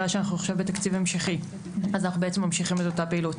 אנחנו בתקציב המשכי אז אנו ממשיכים אותה פעילות